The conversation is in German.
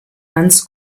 ganz